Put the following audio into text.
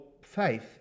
faith